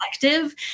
collective